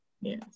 Yes